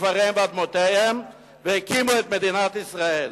כפריהם ואדמותיהם והקימו את מדינת ישראל".